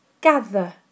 Gather